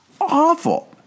awful